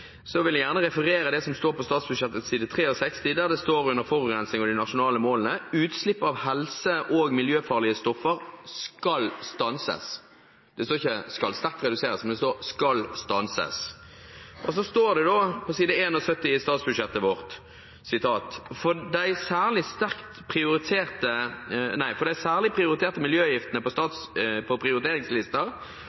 Så vil jeg gjerne referere det som står i statsbudsjettet på side 63. Der står det under forurensning og de nasjonale målene: «Utslepp av helse- og miljøfarlege stoff skal stansast.» Det står ikke skal sterkt reduseres, det står skal stanses. Og så står det på side 71 i statsbudsjettet vårt: «For dei særleg prioriterte miljøgiftene på prioritetslista», der er bly en av dem «– for